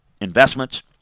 investments